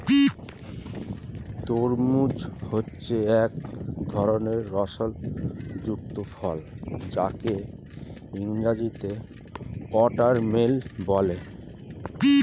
তরমুজ হচ্ছে এক ধরনের রস যুক্ত ফল যাকে ইংরেজিতে ওয়াটারমেলান বলে